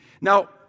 Now